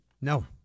No